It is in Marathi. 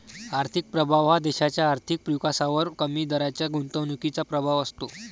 आर्थिक प्रभाव हा देशाच्या आर्थिक विकासावर कमी दराच्या गुंतवणुकीचा प्रभाव असतो